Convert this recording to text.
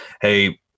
hey